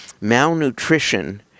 Malnutrition